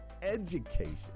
education